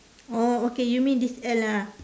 oh okay you mean this L ah